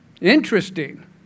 Interesting